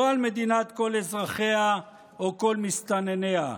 לא על מדינת כל אזרחיה או כל מסתנניה.